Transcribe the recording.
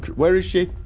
where is she?